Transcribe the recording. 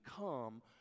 come